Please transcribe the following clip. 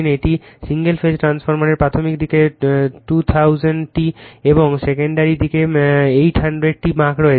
একটি single phase ট্রান্সফরমারের প্রাথমিক দিকে 2000টি এবং সেকেন্ডারি দিকে 800টি বাঁক রয়েছে